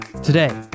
Today